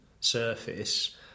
surface